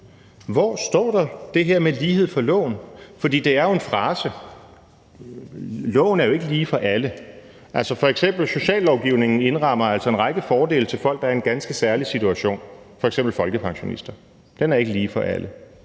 Hvor står der det her med lighed for loven? For det er jo en frase: Loven er jo ikke lige for alle. Sociallovgivningen f.eks. indrammer altså en række fordele til folk, der er i en ganske særlig situation, f.eks. folkepensionister. Den er ikke lige for alle.